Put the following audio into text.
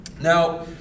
Now